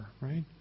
right